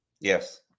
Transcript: Yes